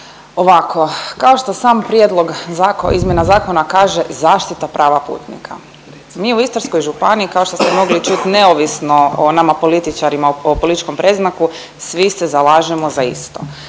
Ovako, kao što sam prijedlog zakona izmjena zakona kaže zaštita prava putnika. Mi u Istarskoj županiji kao što ste mogli čut neovisno o nama političarima o političkom predznaku svi se zalažemo za isto.